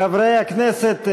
חברי הכנסת,